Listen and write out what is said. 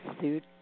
suit